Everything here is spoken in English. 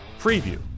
preview